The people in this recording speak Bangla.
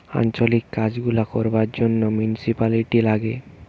আঞ্চলিক কাজ গুলা করবার জন্যে মিউনিসিপালিটি লাগে